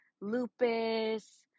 lupus